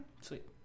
Sweet